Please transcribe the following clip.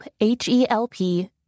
H-E-L-P